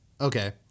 Okay